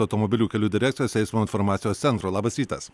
automobilių kelių direkcijos eismo informacijos centro labas rytas